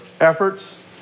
efforts